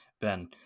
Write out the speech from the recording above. ben